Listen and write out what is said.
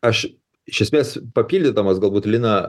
aš iš esmės papildydamas galbūt liną